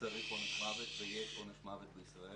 צריך עונש מוות, ויש עונש מוות בישראל.